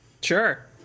Sure